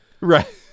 Right